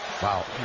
Wow